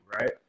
right